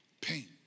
pain